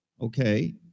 Okay